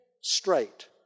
straight